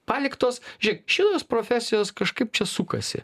paliktos žiūrėk šitos profesijos kažkaip čia sukasi